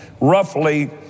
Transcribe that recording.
roughly